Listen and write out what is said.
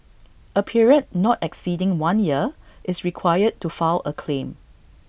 A period not exceeding one year is required to file A claim